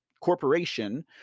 corporation